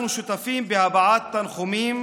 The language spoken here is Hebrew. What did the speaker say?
אנחנו שותפים בהבעת תנחומים,